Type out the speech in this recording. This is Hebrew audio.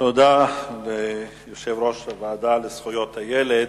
תודה ליושב-ראש הוועדה לזכויות הילד.